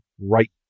right